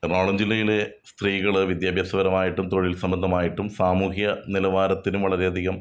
എറണാകുളം ജില്ലയിലെ സ്ത്രീകൾ വിദ്യാഭ്യാസപരമായിട്ടും തൊഴിൽ സംബന്ധമായിട്ടും സാമൂഹ്യ നിലവാരത്തിന് വളരെ അധികം